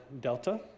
Delta